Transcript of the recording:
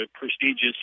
prestigious